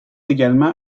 également